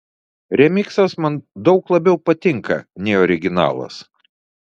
remiksas man daug labiau patinka nei originalas